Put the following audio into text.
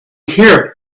here